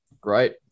Great